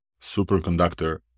superconductor